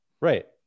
right